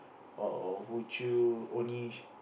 or would you only s~